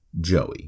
Joey